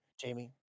Jamie